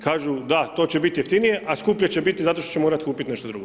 Kažu da, to će biti jeftinije a skuplje će biti zato što će morati kupiti nešto drugo.